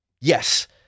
yes